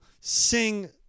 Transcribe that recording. sing